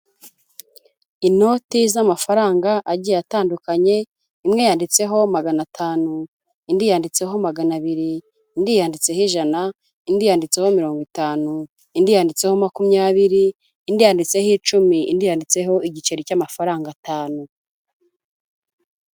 Inoti z'amafaranga agiye atandukanye, imwe yanditseho magana atanu, indi yanditseho magana abiri, indiyanditseho ijana, indi yanditseho mirongo itanu, indi yanditseho makumyabiri, indi yanditseho icumi, indi yanditseho igiceri cy'amafaranga atanu.